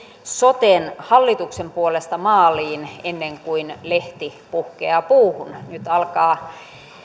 soten hallituksen puolesta maaliin ennen kuin lehti puhkeaa puuhun nyt alkaa